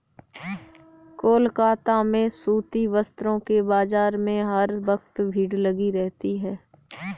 कोलकाता में सूती वस्त्रों के बाजार में हर वक्त भीड़ लगी रहती है